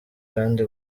kandi